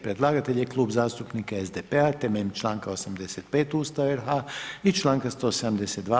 Predlagatelj je Klub zastupnika SDP-a temeljem članka 85 Ustava RH i članka 172.